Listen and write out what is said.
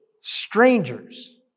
strangers